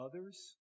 others